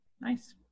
Nice